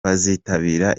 bazitabira